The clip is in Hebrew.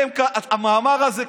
המאמר הזה,